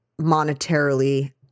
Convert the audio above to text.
monetarily